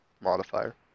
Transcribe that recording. modifier